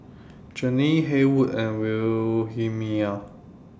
Jeanine Haywood and Wilhelmina